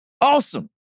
Awesome